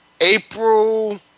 April